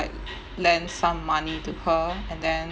like lend some money to her and then